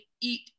eat